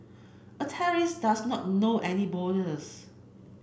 a terrorist does not know any borders